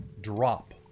drop